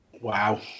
Wow